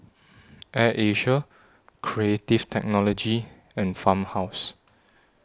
Air Asia Creative Technology and Farmhouse